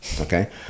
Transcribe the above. okay